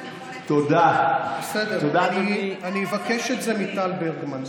זה הכול לפי נתונים,